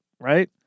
right